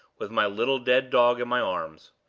with my little dead dog in my arms.